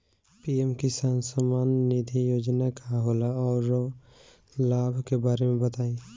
PM Kisan Samman Nidhi Yojana का होला औरो लाभ के बारे में बताई?